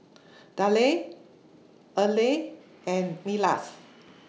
Dale Earley and Milas